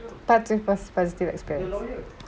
part two first positive experience